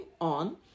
on